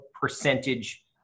percentage